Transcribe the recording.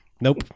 nope